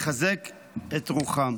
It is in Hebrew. לחזק את רוחם.